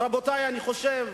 רבותי, אני חושב